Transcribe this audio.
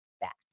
back